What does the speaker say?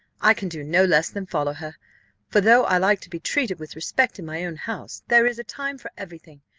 i can do no less than follow her for though i like to be treated with respect in my own house, there is a time for every thing.